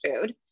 food